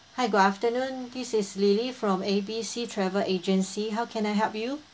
hi good afternoon this is lily from A B C travel agency how can I help you